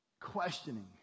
questioning